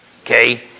okay